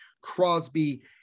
Crosby